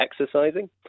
exercising